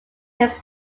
his